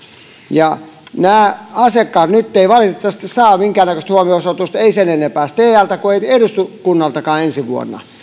nämä asiakkaat nyt eivät valitettavasti saa minkäännäköistä huomionosoitusta eivät sen enempää stealta kuin eduskunnaltakaan ensi vuonna